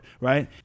Right